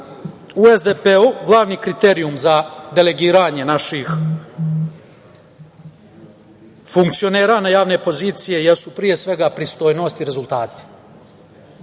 u SDP glavni kriterijum za delegiranje naših funkcionera na javne pozicije jesu pristojnost i rezultati,